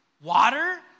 water